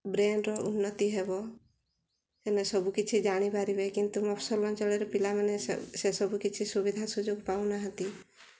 ବ୍ରେନ୍ର ଉନ୍ନତି ହେବ ସବୁ କିଛି ଜାଣିପାରିବେ କିନ୍ତୁ ମଫସଲ ଅଞ୍ଚଳରେ ପିଲାମାନେ ସେସବୁ କିଛି ସୁବିଧା ସୁଯୋଗ ପାଉନାହାନ୍ତି